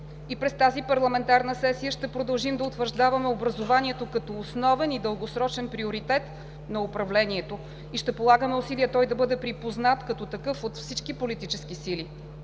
През тази парламентарна сесия ще продължим да утвърждаваме образованието като основен и дългосрочен приоритет на управлението и ще полагаме усилия той да бъде припознат като такъв от всички политически сили.